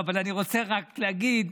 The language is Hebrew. אני רוצה רק להגיד,